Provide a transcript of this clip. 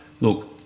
look